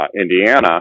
Indiana